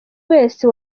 wese